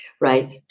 Right